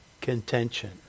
contention